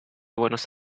buenos